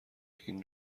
این